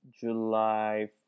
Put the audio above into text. July